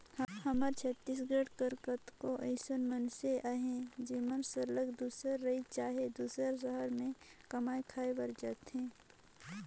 हमर छत्तीसगढ़ कर केतनो अइसन मइनसे अहें जेमन सरलग दूसर राएज चहे दूसर सहर में कमाए खाए बर जाथें